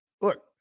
look